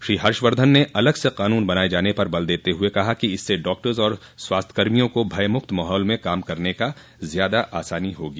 श्री हर्षवर्धन ने अलग से कानून बनाये जाने पर बल देते हुए कहा कि इसस डॉक्टर्स और स्वास्थ्यकर्मियों को भयमुक्त माहौल में काम करने में ज़्यादा आसानी होगी